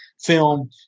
film